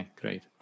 great